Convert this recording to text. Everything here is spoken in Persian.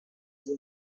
کتاب